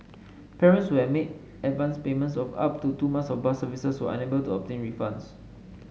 parents who had made advanced payments of up to two month of bus services were unable to obtain refunds